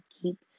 keep